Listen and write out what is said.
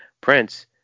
prince